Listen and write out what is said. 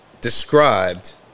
described